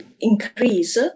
increase